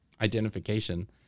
identification